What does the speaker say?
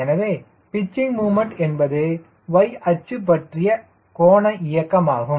எனவே pitching moment என்பது y அச்சு பற்றிய கோண இயக்கம் ஆகும்